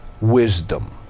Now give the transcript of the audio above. wisdom